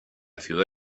ciudad